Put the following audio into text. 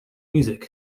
music